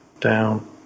down